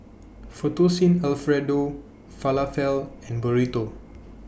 Fettuccine Alfredo Falafel and Burrito